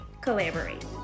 collaborate